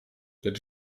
lecz